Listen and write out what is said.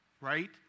right